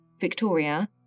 Victoria